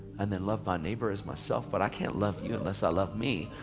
and then love my neighbor as myself. but i can't love you unless i love me.